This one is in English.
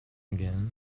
again